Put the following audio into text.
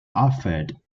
offered